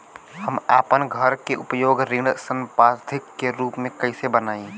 हम आपन घर के उपयोग ऋण संपार्श्विक के रूप में कइले बानी